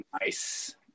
Nice